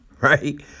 Right